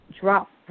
drop